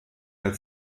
der